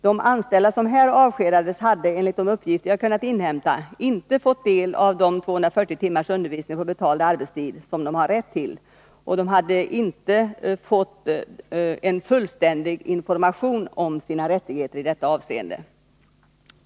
De anställda som här avskedades hade, enligt de uppgifter jag kunnat inhämta, inte fått del av de 240 timmars undervisning på betald arbetstid som de har rätt till, och de hade enligt egna uppgifter inte fått en fullständig information om sina rättigheter i detta avseende.